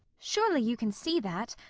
surely you can see that!